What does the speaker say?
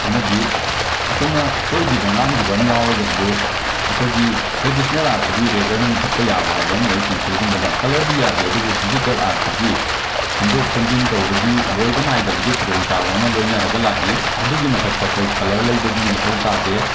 ꯑꯃꯗꯤ ꯑꯩꯈꯣꯏꯅ ꯁꯣꯏꯒꯤꯕ ꯉꯥꯝꯒꯤꯕ ꯑꯃ ꯌꯥꯎꯔꯒꯁꯨ ꯑꯩꯈꯣꯏꯒꯤ ꯇ꯭ꯔꯦꯗꯤꯁ꯭ꯅꯦꯜ ꯑꯥꯔꯠꯇꯗꯤ ꯔꯦꯖꯔꯅ ꯃꯨꯠꯊꯠꯄ ꯌꯥꯕ ꯍꯥꯏꯕ ꯑꯃ ꯂꯩ ꯄꯦꯟꯁꯤꯜꯒꯨꯝꯕꯗ ꯀꯂꯔꯗꯤ ꯌꯥꯗꯦ ꯑꯗꯨꯕꯨ ꯗꯤꯖꯤꯇꯦꯜ ꯑꯥꯔꯠꯇꯗꯤ ꯁꯦꯝꯗꯣꯛ ꯁꯦꯝꯖꯤꯟ ꯇꯧꯕꯒꯤ ꯂꯣꯏꯕ ꯅꯥꯏꯗꯕ ꯈꯨꯗꯣꯡꯆꯥꯕ ꯑꯃ ꯂꯣꯏꯅꯔꯒ ꯂꯩ ꯑꯗꯨꯒꯤ ꯃꯊꯛꯇ ꯑꯩꯈꯣꯏ ꯀꯂꯔ ꯂꯩꯕꯒꯤ ꯃꯊꯧ ꯇꯥꯗꯦ